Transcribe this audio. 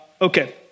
okay